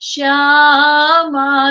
Shama